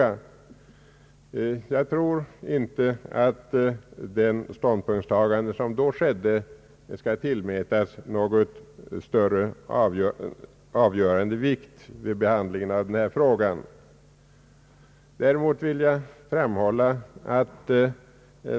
Jag tror att det ståndspunktstagande som då gjordes inte skall tillmätas någon större vikt vid behandlingen av denna fråga.